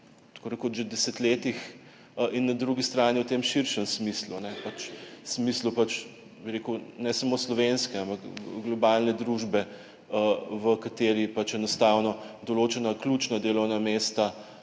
zadnjih desetletjih. In na drugi strani v tem širšem smislu, v smislu ne samo slovenske, ampak globalne družbe, v kateri pač enostavno določena ključna delovna mesta,